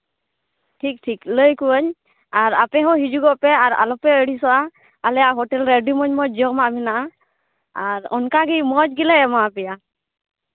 ᱴᱷᱤᱠ ᱴᱷᱤᱠ ᱞᱟᱹᱭ ᱠᱚᱣᱟᱧ ᱟᱨ ᱟᱯᱮᱦᱚᱸ ᱦᱤᱡᱩᱜᱚᱜ ᱯᱮ ᱟᱨ ᱟᱞᱚᱯᱮ ᱟᱹᱲᱤᱥᱚᱜᱼᱟ ᱟᱞᱮᱭᱟᱜ ᱦᱳᱴᱮᱞ ᱨᱮ ᱟᱹᱰᱤ ᱢᱚᱡᱽ ᱢᱚᱡᱽ ᱡᱚᱢᱟᱜ ᱢᱮᱱᱟᱜᱼᱟ ᱟᱨ ᱚᱱᱠᱟᱜᱮ ᱢᱚᱡᱽ ᱜᱮᱞᱮ ᱮᱢᱟ ᱯᱮᱭᱟ